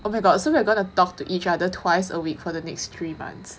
oh my god so we're going to talk to each other twice a week for the next three months